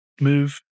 move